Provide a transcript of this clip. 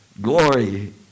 Glory